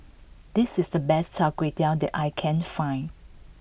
this is the best Char Kway Teow that I can find